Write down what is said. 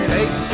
Take